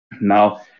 Now